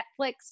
Netflix